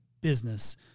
business